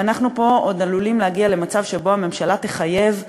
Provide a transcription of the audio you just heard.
ואנחנו פה עוד עלולים להגיע למצב שבו הממשלה תחייב רופאים,